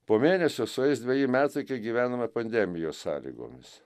po mėnesio sueis dveji metai kai gyvename pandemijos sąlygomis